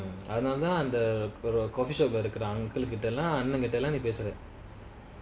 அதுனாலதான்அந்த:adhunalathan andha the coffeeshop got the uncle கிட்டலாம்பொய்பேசுற:kitalam poi pesura